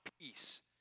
peace